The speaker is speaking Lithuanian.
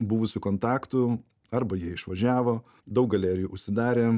buvusių kontaktų arba jie išvažiavo daug galerijų užsidarė